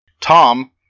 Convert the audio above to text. Tom